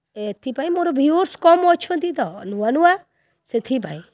ଏଥିପାଇଁ ମୋର ଭିଉୟରସ୍ କମ୍ ଅଛନ୍ତି ତ ନୂଆ ନୂଆ ସେଥିପାଇଁ